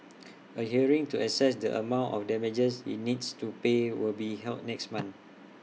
A hearing to assess the amount of damages he needs to pay will be held next month